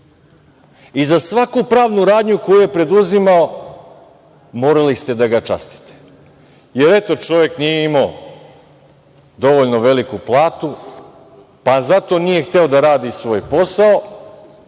i za svaku pravnu radnju koju je preduzimao morali ste da ga častite. Jer, eto, čovek nije imao dovoljno veliku platu, pa zato nije hteo da radi svoj posao,